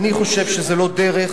אני חושב שזה לא דרך,